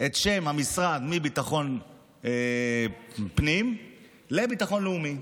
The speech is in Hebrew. את שם המשרד מביטחון פנים לביטחון לאומי.